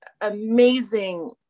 amazing